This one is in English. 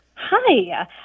Hi